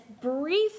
brief